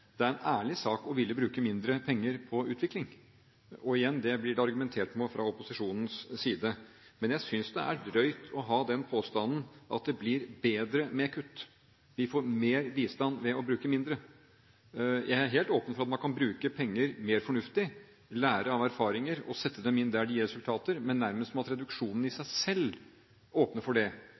Det er en ærlig sak å ville bruke mindre penger på utvikling. Og igjen, det blir det argumentert med fra opposisjonens side. Men jeg synes det er drøyt å ha den påstanden at det blir bedre med kutt, at vi får mer bistand ved å bruke mindre. Jeg er helt åpen for at man kan bruke penger mer fornuftig, lære av erfaringer og sette dem inn der de gir resultater, men nærmest at reduksjonen i seg selv åpner for det,